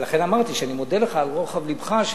לכן אמרתי שאני מודה לך על רוחב לבך,